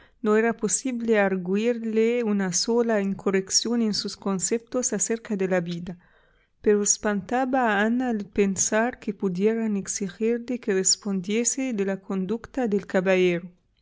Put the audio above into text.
mal noera posible argüirle una sola incorrección en sus conceptos acerca de la vida pero espantaba a ana el pensar que pudieran exigirle que respondiese de la conducta del caballero